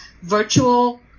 Virtual